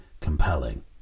compelling